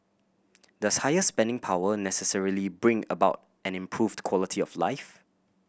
does higher spending power necessarily bring about an improved quality of life